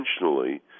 intentionally